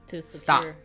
Stop